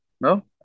No